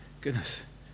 Goodness